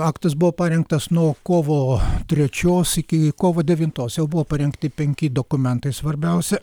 aktas buvo parengtas nuo kovo trečios iki kovo devintos jau buvo parengti penki dokumentai svarbiausi